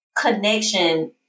connection